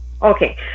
Okay